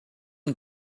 and